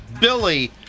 Billy